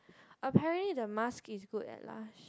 apparently the mask is good at Lush